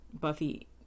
Buffy